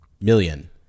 million